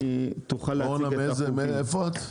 בבקשה.